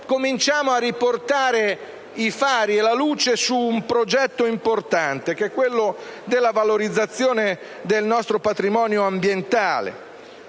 Cominciamo a riportare i fari e la luce su un progetto importante, quello della valorizzazione del nostro patrimonio ambientale,